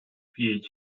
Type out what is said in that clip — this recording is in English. phd